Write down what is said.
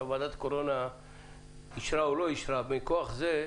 ועדת הקורונה אישרה או לא אישרה ומכוח זה,